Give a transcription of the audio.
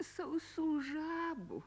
sausų žabų